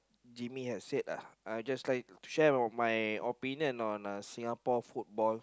Jaime has said uh just like to share about my opinion on Singapore football